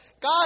God